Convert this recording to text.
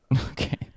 Okay